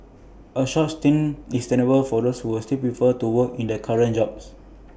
A short stint is tenable for those who still prefer to work in their current jobs